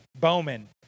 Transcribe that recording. Bowman